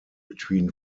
between